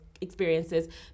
experiences